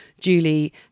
Julie